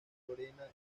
lorena